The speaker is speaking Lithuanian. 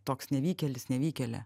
toks nevykėlis nevykėlė